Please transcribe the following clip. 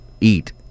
eat